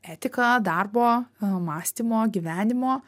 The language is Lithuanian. etiką darbo mąstymo gyvenimo